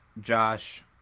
Josh